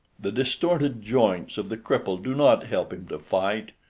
the distorted joints of the cripple do not help him to fight.